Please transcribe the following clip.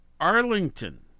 Arlington